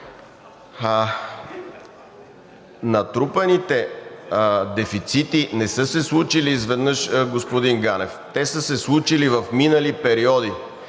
Натрупаните дефицити не са се случили изведнъж, господин Ганев – те са се случили в минали периоди